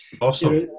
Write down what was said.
Awesome